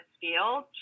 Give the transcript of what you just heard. field